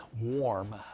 warm